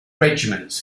regiments